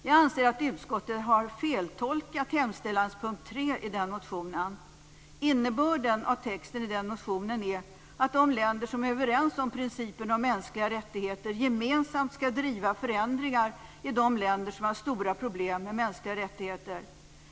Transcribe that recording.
Jag anser att utskottet har feltolkat hemställanspunkt 3 i den motionen. Innebörden av texten i motionen är att de länder som är överens om principen om mänskliga rättigheter gemensamt skall driva förändringar i de länder som har stora problem med mänskliga rättigheter.